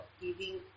giving